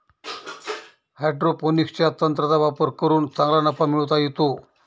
हायड्रोपोनिक्सच्या तंत्राचा वापर करून चांगला नफा मिळवता येतो